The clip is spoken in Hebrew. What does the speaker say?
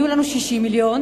יהיו לנו 60 מיליון,